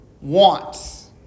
wants